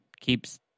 keeps